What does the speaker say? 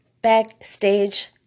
backstage